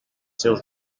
seus